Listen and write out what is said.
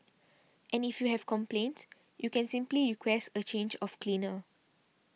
and if you have complaints you can simply request a change of cleaner